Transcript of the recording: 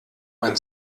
mein